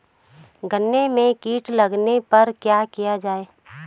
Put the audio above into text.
गन्ने में कीट लगने पर क्या किया जाये?